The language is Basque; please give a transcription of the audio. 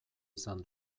izan